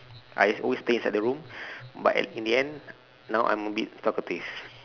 I just always stay inside the room but at in the end now I am a bit talkative